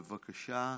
בבקשה,